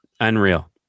Unreal